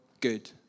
good